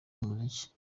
muzika